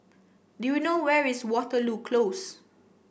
do you know where is Waterloo Close